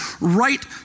right